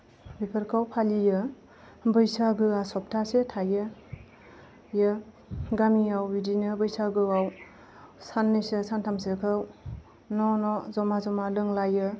बेफोरखौ फालियो बैसागोआ सफ्थासे थायो गामियाव बिदिनो बैसागोआव साननैसो सान्थामसोखौ न' न' जमा जमा लोंलायो